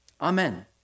Amen